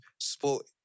Sport